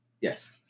Yes